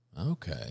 Okay